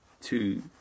two